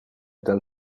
del